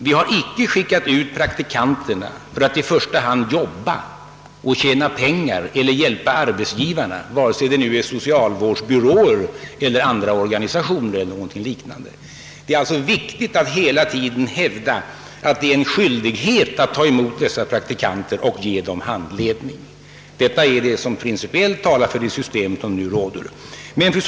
Vi har icke skickat ut praktikanterna främst för att jobba och tjäna pengar eller hjälpa arbetsgivarna, vare sig det är socialvårdsbyråer, andra organisationer eller något liknande. Det är alltså betydelsefullt att hela tiden hävda att det är en skyldighet att ta emot dessa praktikaner och ge dem handledning. Detta är vad som principiellt talar för det system som nu råder.